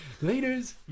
leaders